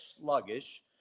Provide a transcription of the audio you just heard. sluggish